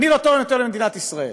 אני לא תורם יותר למדינת ישראל,